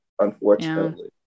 unfortunately